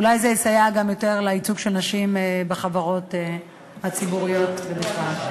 אולי זה גם יסייע יותר לייצוג של נשים בחברות הציבוריות בנפרד.